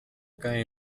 cae